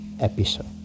episode